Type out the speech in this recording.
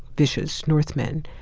vicious northmen.